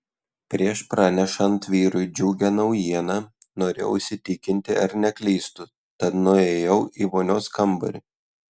prieš pranešant vyrui džiugią naujieną norėjau įsitikinti ar neklystu tad nuėjau į vonios kambarį